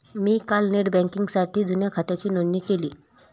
मी काल नेट बँकिंगसाठी जुन्या खात्याची नोंदणी केली